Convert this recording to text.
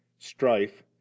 strife